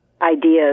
ideas